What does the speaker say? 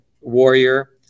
warrior